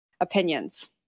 opinions